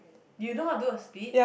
you know how to do a speed